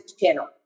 channel